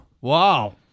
Wow